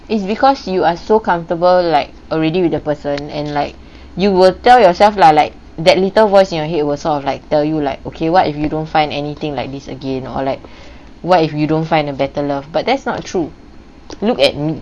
it's because you are so comfortable like already with the person and like you will tell yourself lah like that little voice in your head was sort of like tell you like okay what if you don't find anything like this again or like what if you don't find a better love but that's not true look at me